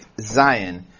Zion